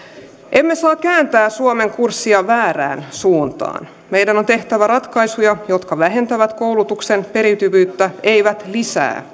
emme saa kääntää suomen kurssia väärään suuntaan meidän on tehtävä ratkaisuja jotka vähentävät koulutuksen periytyvyyttä eivät lisää